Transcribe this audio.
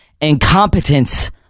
incompetence